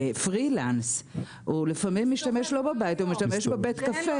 פרילנס לא תמיד משתמש בבית אלא בבית קפה.